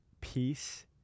peace